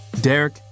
Derek